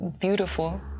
beautiful